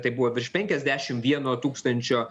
tai buvo virš penkiasdešim vieno tūkstančio